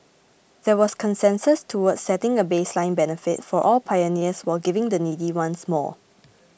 there was consensus towards setting a baseline benefit for all pioneers while giving the needy ones more